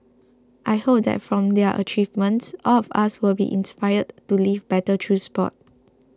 I hope that from their achievements all of us will be inspired to live better through sport